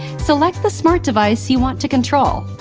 select the smart device you want to control.